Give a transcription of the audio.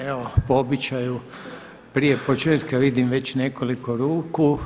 Evo po običaju prije početka vidim već nekoliko ruku.